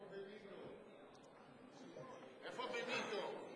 איפה בניטו?